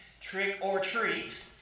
trick-or-treat